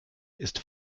ist